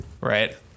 Right